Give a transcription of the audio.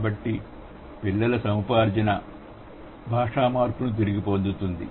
కాబట్టి పిల్లల సముపార్జన భాషా మార్పును తిరిగి పొందుతుంది